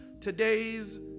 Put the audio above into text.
today's